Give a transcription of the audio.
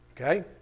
Okay